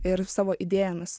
ir savo idėjomis